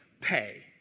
pay